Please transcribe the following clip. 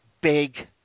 big